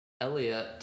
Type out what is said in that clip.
Elliot